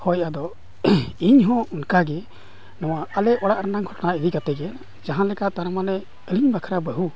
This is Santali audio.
ᱦᱳᱭ ᱟᱫᱚ ᱤᱧᱦᱚᱸ ᱚᱱᱠᱟᱜᱮ ᱱᱚᱣᱟ ᱟᱞᱮ ᱚᱲᱟᱜ ᱨᱮᱱᱟᱜ ᱜᱷᱚᱴᱚᱱᱟ ᱤᱫᱤ ᱠᱟᱛᱮᱜᱮ ᱡᱟᱦᱟᱸ ᱞᱮᱠᱟ ᱛᱟᱨᱢᱟᱱᱮ ᱟᱹᱞᱤᱧ ᱵᱟᱠᱷᱨᱟ ᱵᱟᱹᱦᱩ